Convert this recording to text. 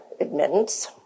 admittance